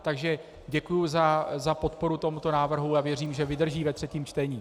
Takže děkuji za podporu tomuto návrhu a věřím, že vydrží ve třetím čtení.